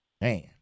Man